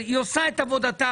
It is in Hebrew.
היא עושה את עבודתה,